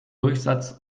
durchsatz